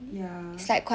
ya